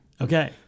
okay